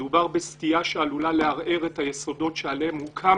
מדובר בסטייה שעלולה לערער את היסודות שעליהם הוקם